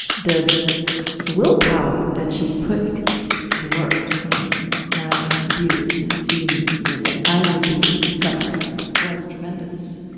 the willpower that she put to work in my abuse and seeing that i would be suffering was tremendous.